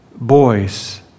boys